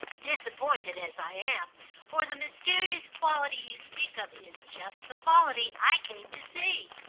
disappointed as i am for the mysterious quality you speak of is just the quality i came to see.